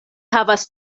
havas